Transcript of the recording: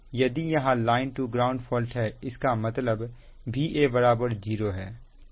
यदि यहां line to ground fault है इसका मतलब Va 0 है